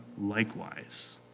likewise